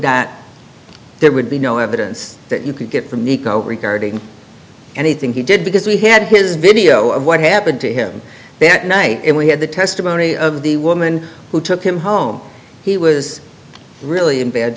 that there would be no evidence that you could get from nico regarding anything he did because we had his video of what happened to him that night and we had the testimony of the woman who took him home he was really in bad